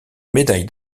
médaille